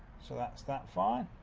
so, that's that fine.